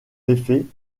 effet